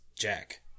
Jack